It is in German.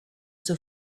zur